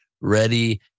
ready